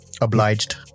Obliged